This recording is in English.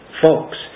folks